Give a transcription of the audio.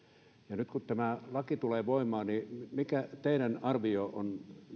läheisyyteen nyt kun tämä laki tulee voimaan niin mikä teidän arvionne on